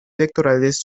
electorales